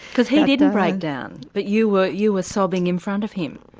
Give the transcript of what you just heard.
because he didn't break down, but you were you were sobbing in front of him.